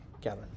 Kevin